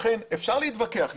לכן אפשר להתווכח אתנו,